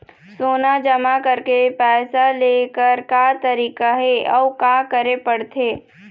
सोना जमा करके पैसा लेकर का तरीका हे अउ का करे पड़थे?